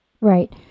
Right